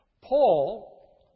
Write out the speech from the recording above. Paul